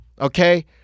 okay